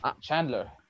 Chandler